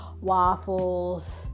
waffles